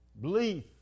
belief